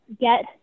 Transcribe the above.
get